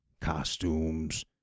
costumes